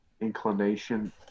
inclination